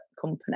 company